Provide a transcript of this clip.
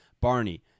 Barney